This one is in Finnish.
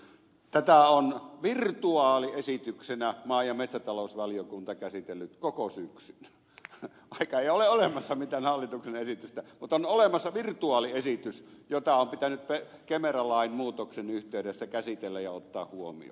tätä on virtuaaliesityksenä maa ja metsätalousvaliokunta käsitellyt koko syksyn vaikka ei ole olemassa mitään hallituksen esitystä mutta on olemassa virtuaaliesitys jota on pitänyt kemera lain muutoksen yhteydessä käsitellä ja ottaa huomioon